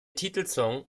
titelsong